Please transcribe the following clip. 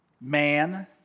man